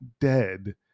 dead